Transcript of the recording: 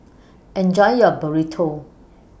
Enjoy your Burrito